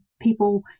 people